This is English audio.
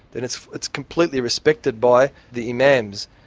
then it's it's completely respected by the imams.